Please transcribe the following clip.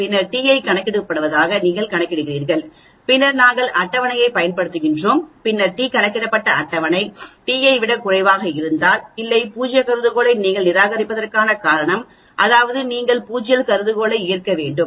பின்னர் t ஐ கணக்கிடப்படுவதாக நீங்கள் கணக்கிடுகிறீர்கள் பின்னர் நாங்கள் அட்டவணை t ஐப் பயன்படுத்துகிறோம் பின்னர் t கணக்கிடப்பட்ட அட்டவணை t ஐ விட குறைவாக இருந்தால் இல்லை பூஜ்ய கருதுகோளை நீங்கள் நிராகரிப்பதற்கான காரணம் அதாவது நீங்கள் பூஜ்ய கருதுகோளை ஏற்க வேண்டும்